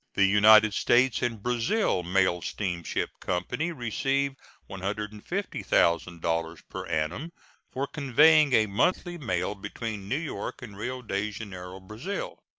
the united states and brazil mail steamship company receive one hundred and fifty thousand dollars per annum for conveying a monthly mail between new york and rio de janeiro, brazil